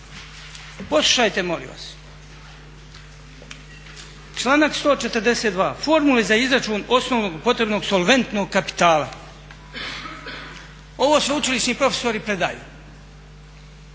Poslušajte molim vas članak 142. formule za izračun osnovnog potrebnog solventnog kapitala. Ovo sveučilišni profesori predaju,